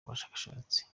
bashakashatsi